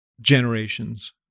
generations